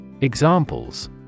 Examples